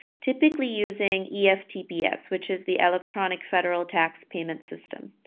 typically using eftps, which is the electronic federal tax payment system.